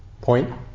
point